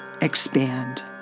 expand